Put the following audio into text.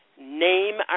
name